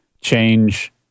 change